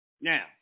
Now